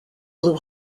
blew